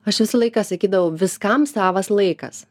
aš visą laiką sakydavau viskam savas laikas